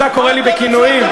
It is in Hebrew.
אתה קורא לי בכינויים,